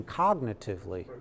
cognitively